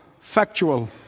factual